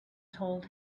told